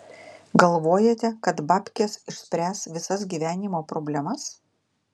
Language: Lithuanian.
galvojate kad babkės išspręs visas gyvenimo problemas